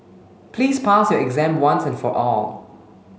please pass your exam once and for all